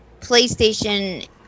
PlayStation